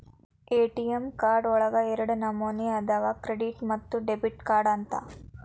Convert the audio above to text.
ATM card ಒಳಗ ಎರಡ ನಮನಿ ಅದಾವ ಕ್ರೆಡಿಟ್ ಮತ್ತ ಡೆಬಿಟ್ ಕಾರ್ಡ್ ಅಂತ